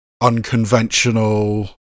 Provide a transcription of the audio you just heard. unconventional